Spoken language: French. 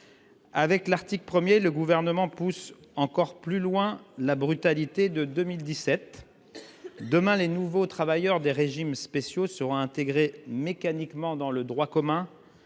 Avec l'article 1, le Gouvernement pousse encore plus loin la brutalité de 2017. Demain, les nouveaux travailleurs des régimes spéciaux relèveront mécaniquement du droit commun,